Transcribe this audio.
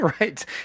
right